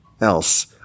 else